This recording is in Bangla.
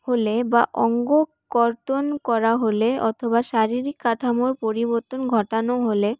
হলে বা অঙ্গ কর্তন করা হলে অথবা শারীরিক কাঠামোর পরিবর্তন ঘটানো হলে